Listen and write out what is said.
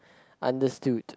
understood